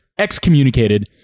Excommunicated